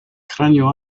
cranio